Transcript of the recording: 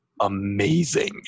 Amazing